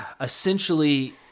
essentially